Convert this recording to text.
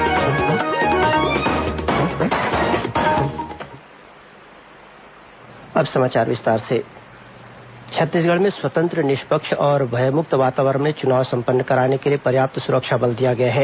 निर्वाचन प्रेसवार्ता छत्तीसगढ़ में स्वतंत्र निष्पक्ष और भयमुक्त वातावरण में चुनाव संपन्न कराने के लिए पर्याप्त सुरक्षा बल दिया गया है